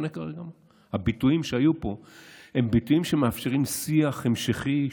הביטויים שהיו פה הם ביטויים שמאפשרים שיח המשכי,